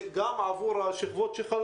כבוד היושב ראש.